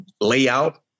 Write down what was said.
layout